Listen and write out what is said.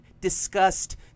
Disgust